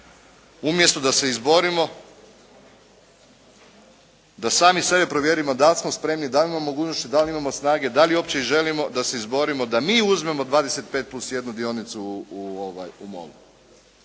umjesto da se izborimo da sami sebe provjerimo da li smo spremni, da li imamo mogućnosti, da li imamo snage, da li uopće želimo da se izborimo da mi uzmemo 25 plus jednu dionicu u MOL-u.